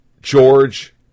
George